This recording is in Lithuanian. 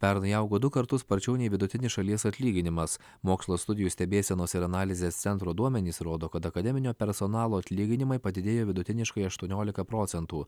pernai augo du kartus sparčiau nei vidutinis šalies atlyginimas mokslo studijų stebėsenos ir analizės centro duomenys rodo kad akademinio personalo atlyginimai padidėjo vidutiniškai aštuoniolika procentų